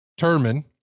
Terman